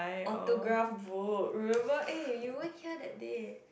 autograph book remember eh you weren't here that day